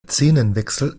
szenenwechsel